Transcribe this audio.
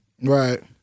Right